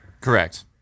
Correct